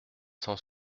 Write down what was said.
cent